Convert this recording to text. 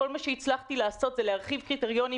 כל מה שהצלחתי לעשות זה להרחיב קריטריונים,